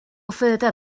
further